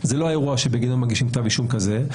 זה לא האירוע שבגינו מגישים כתב אישום כזה,